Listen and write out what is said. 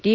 T